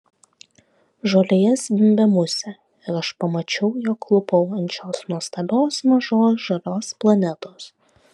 žolėje zvimbė musė ir aš pamačiau jog klūpau ant šios nuostabios mažos žalios planetos